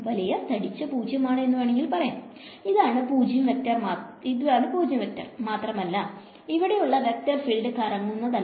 ഇതാണ് 0 വെക്ടർ മാത്രമല്ല ഇവിടെ ഉള്ള വെക്ടർ ഫീൽഡ് കറങ്ങുന്നതല്ല